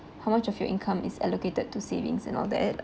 how much of your income is allocated to savings and all that